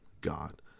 God